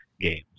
games